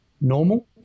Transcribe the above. normal